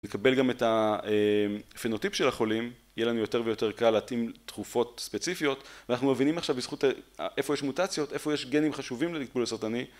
נקבל גם את הפנוטיפ של החולים, יהיה לנו יותר ויותר קל להתאים תרופות ספציפיות ואנחנו מבינים עכשיו בזכות. איפה יש מוטציות, איפה יש גנים חשובים לגדול הסרטני